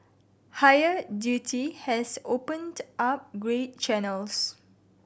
higher duty has opened up grey channels